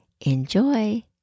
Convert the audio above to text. Enjoy